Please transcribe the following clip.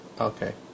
Okay